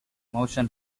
motion